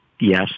yes